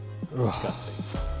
Disgusting